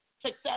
success